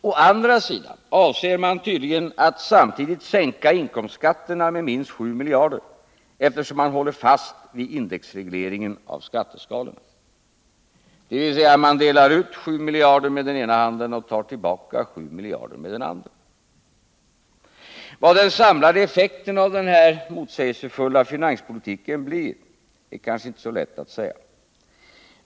Å andra sidan avser man tydligen att samtidigt sänka inkomstskatterna med minst 7 miljarder, eftersom man håller fast vid indexregleringen av skatteskalorna, dvs. man delar ut 7 miljarder med den ena handen och tar tillbaka 7 miljarder med den andra. Vad den samlade effekten av denna motsägelsefulla finanspolitik blir är svårt att säga.